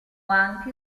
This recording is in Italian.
anche